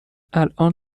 الان